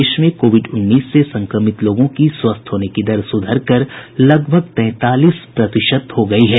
देश में कोविड उन्नीस से संक्रमित लोगों की स्वस्थ होने की दर सुधर कर लगभग तैंतालीस प्रतिशत हो गई है